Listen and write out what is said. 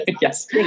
Yes